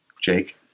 Jake